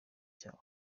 cyawo